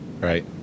Right